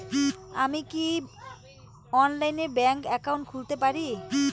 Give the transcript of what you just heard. আমি কি অনলাইনে ব্যাংক একাউন্ট খুলতে পারি?